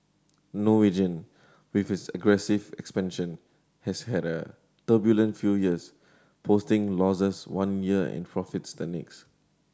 Norwegian with its aggressive expansion has had a turbulent few years posting losses one year and profits the next